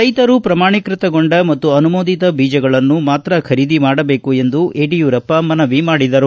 ರೈತರು ಪ್ರಮಾಣೀಕೃತಗೊಂಡ ಮತ್ತು ಅನುಮೋದಿತ ಬೀಜಗಳನ್ನು ಖರೀದಿ ಮಾಡಬೇಕು ಎಂದು ಯಡಿಯೂರಪ್ಪ ಮನವಿ ಮಾಡಿದರು